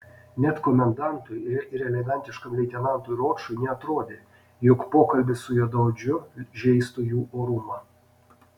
net komendantui ir elegantiškam leitenantui ročui neatrodė jog pokalbis su juodaodžiu žeistų jų orumą